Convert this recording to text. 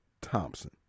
Thompson